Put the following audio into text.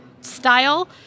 style